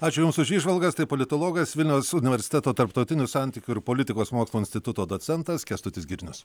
ačiū jums už įžvalgas tai politologas vilniaus universiteto tarptautinių santykių ir politikos mokslų instituto docentas kęstutis girnius